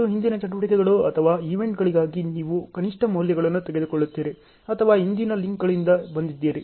ಮತ್ತು ಹಿಂದಿನ ಚಟುವಟಿಕೆಗಳು ಅಥವಾ ಈವೆಂಟ್ಗಳಿಗಾಗಿ ನೀವು ಕನಿಷ್ಟ ಮೌಲ್ಯಗಳನ್ನು ತೆಗೆದುಕೊಳ್ಳುತ್ತೀರಿ ಅಥವಾ ಹಿಂದಿನ ಲಿಂಕ್ಗಳಿಂದ ಬಂದಿದ್ದೀರಿ